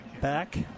Back